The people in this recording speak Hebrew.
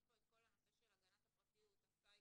יש פה את כל הנושא של הגנת הפרטיות, הסייבר,